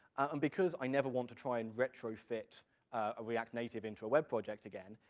and because i never want to try and retrofit a react native into a web project again,